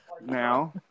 now